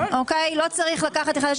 לא צריך לקחת קרדיט.